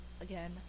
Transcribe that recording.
again